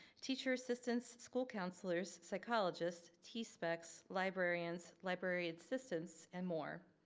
teacher assistants, school counselors, psychologists, t-specs, librarians, library assistance, and more.